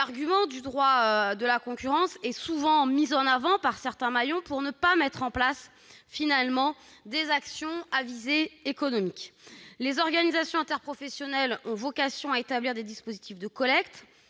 L'argument du droit de la concurrence est trop souvent mis en avant par certains maillons pour ne pas mettre en place des actions à visée économique. Les organisations interprofessionnelles ont vocation à établir des dispositifs de collecte,